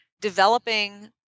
developing